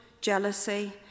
jealousy